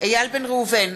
איל בן ראובן,